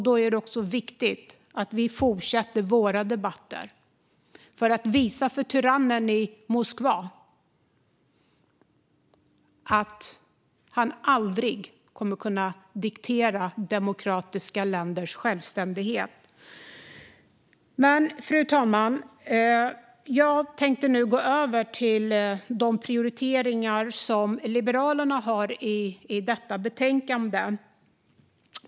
Då är det också viktigt att vi fortsätter våra debatter för att visa för tyrannen i Moskva att han aldrig kommer att kunna diktera demokratiska länders självständighet. Fru talman! Jag tänkte nu gå över till de prioriteringar som Liberalerna har i detta betänkande.